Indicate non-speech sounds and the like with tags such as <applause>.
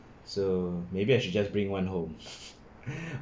so maybe I should just bring one home <laughs>